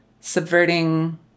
subverting